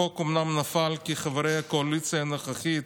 החוק אומנם נפל כי חברי הקואליציה הנוכחית